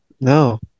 No